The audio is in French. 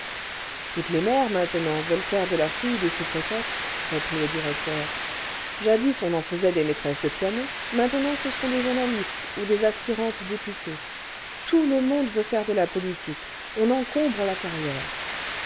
toutes les mères maintenant veulent faire de leurs filles des sous préfètes reprit le directeur jadis on en faisait des maîtresses de piano maintenant ce sont des journalistes ou des aspirantes députées tout le monde veut faire de la politique on encombre la carrière